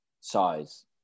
size